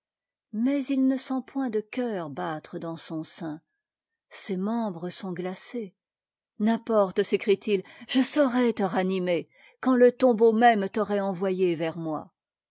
mais il ne sent point de co ur battre dans son sein ses membres sont glacés n'importe sécrie t u je saurai te ranimer quand le tombeau même t'aurait envoyée vers moi